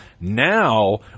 Now